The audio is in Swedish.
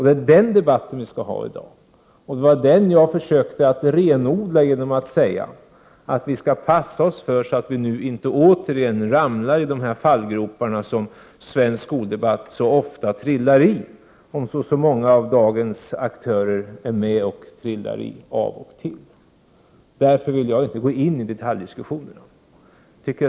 Det är den debatten som vi skall föra i dag, och det var den debatten som jag försökte renodla genom att säga att vi skall akta oss så att vi inte återigen ramlar i de fallgropar som svensk skoldebatt så ofta trillar i, och som så många av dagens aktörer trillar i av och till. Jag vill därför inte gå in i detaljdiskussioner.